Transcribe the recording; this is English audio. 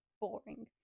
boring